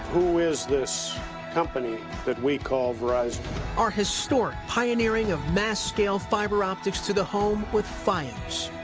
who is this company that we call verizon. our historic pioneering of mass scale fiberoptics to the home with fios.